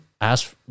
ask